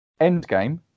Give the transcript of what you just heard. Endgame